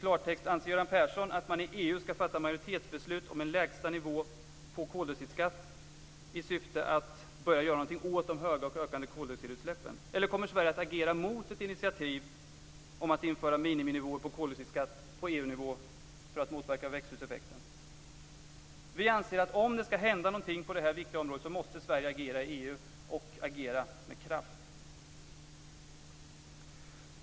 I klartext: Anser Göran Persson att man i EU ska fatta majoritetsbeslut om en lägsta nivå på koldioxidskatt i syfte att börja göra någonting åt de höga och ökande koldioxidutsläppen? Eller kommer Sverige att agera mot ett initiativ om att införa miniminivåer på koldioxidskatt på EU-nivå för att motverka växthuseffekten?